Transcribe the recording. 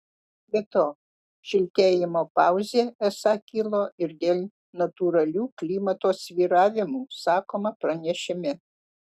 be to šiltėjimo pauzė esą kilo ir dėl natūralių klimato svyravimų sakoma pranešime